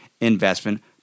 investment